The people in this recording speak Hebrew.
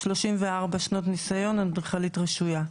34 שנות ניסיון, אדריכלים רשויה.